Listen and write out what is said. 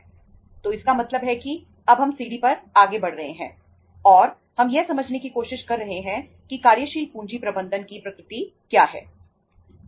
तो इसका मतलब है कि अब हम सीढ़ी पर आगे बढ़ रहे हैं और हम यह समझने की कोशिश कर रहे हैं कि कार्यशील पूंजी प्रबंधन की प्रकृति क्या है